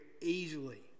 easily